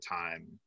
time